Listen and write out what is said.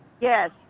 yes